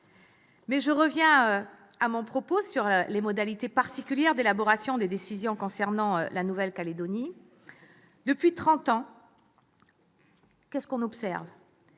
Mais je reviens à mon propos sur les modalités particulières d'élaboration des décisions concernant la Nouvelle-Calédonie. Depuis trente ans, qu'observons-nous ?